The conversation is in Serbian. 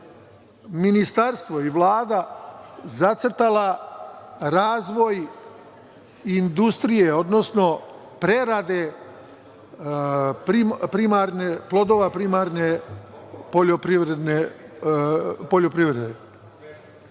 Ministarstvo i Vlada zacrtali razvoj industrije, odnosno predaje plodova primarne poljoprivrede. Mislim da